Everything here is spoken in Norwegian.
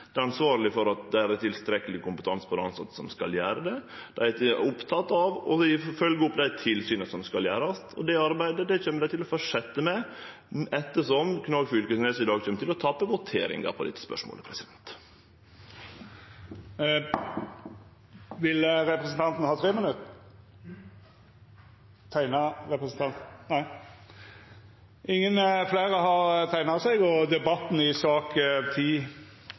for at det er tilstrekkeleg kompetanse hos dei som skal gjere det. Dei er opptekne av å følgje opp det tilsynet som skal gjerast, og det arbeidet kjem dei til å fortsetje med, ettersom representanten Knag Fylkesnes i dag kjem til å tape voteringa om dette spørsmålet. Fleire har ikkje bedt om ordet til sak nr. 10. Ingen har bedt om ordet. Ingen har